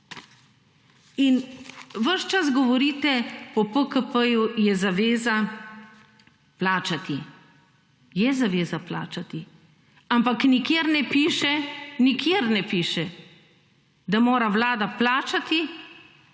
In ves čas govorite, po PKP-ju je zaveza plačati. Je zaveza plačati. Ampak nikjer ne piše, nikjer ne piše, da mora vlada plačati